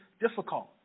difficult